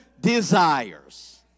desires